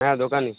হ্যাঁ দোকানে